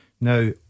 Now